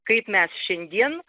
kaip mes šiandien